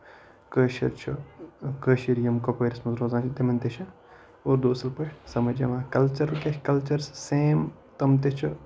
کٲشُر چھُ کٲشِر یِم کوپوٲرِس منٛز روزان چھِ تِمن تہِ چھِ اُردو اَصٕل پٲٹھۍ سَمجھ یِوان کَلچر کیاہ چھُ کَلچر چھُ سیم تِم تہِ چھِ